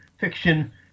fiction